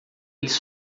eles